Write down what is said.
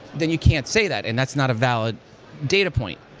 then you can't say that, and that's not a valid data point.